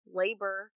labor